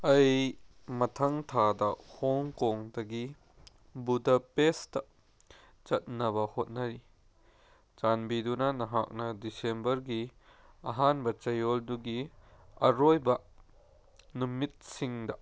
ꯑꯩ ꯃꯊꯪ ꯊꯥꯗ ꯍꯣꯡꯀꯣꯡꯗꯒꯤ ꯕꯨꯙꯄꯦꯁꯇ ꯆꯠꯅꯕ ꯍꯣꯠꯅꯔꯤ ꯆꯥꯟꯕꯤꯗꯨꯅ ꯅꯍꯥꯛꯅ ꯗꯤꯁꯦꯝꯕꯔꯒꯤ ꯑꯍꯥꯟꯕ ꯆꯌꯣꯜꯗꯨꯒꯤ ꯑꯔꯣꯏꯕ ꯅꯨꯃꯤꯠꯁꯤꯡꯗ